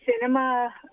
cinema